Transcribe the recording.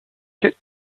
kit